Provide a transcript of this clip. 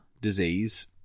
disease